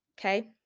okay